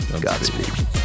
Godspeed